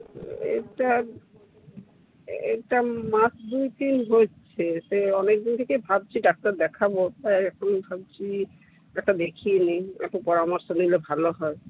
এটা এটা মাস দুই তিন হচ্ছে সে অনেক দিন থেকে ভাবছি ডাক্তার দেখাবো এখন ভাবছি একটা দেখিয়ে নিই একটু পরামর্শ নিলে ভালো হয়